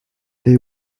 they